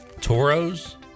toros